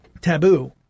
taboo